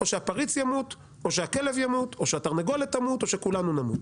או שהפריץ ימות או שהכלב ימות או שהתרנגולת תמות או שכולנו נמות,